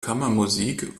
kammermusik